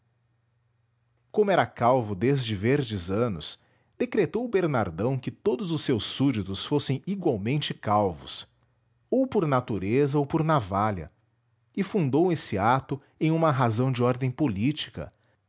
como era calvo desde verdes anos decretou bernardão que todos os seus súbditos fossem igualmente calvos ou por natureza ou por navalha e fundou esse ato em uma razão de ordem política